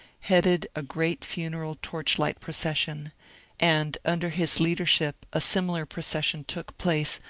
headed a great funeral torchlight procession and under his leadership a similar procession took place,